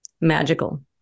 magical